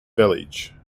village